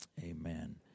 Amen